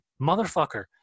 motherfucker